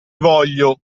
voglio